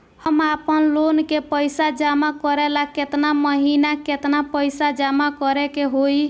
हम आपनलोन के पइसा जमा करेला केतना महीना केतना पइसा जमा करे के होई?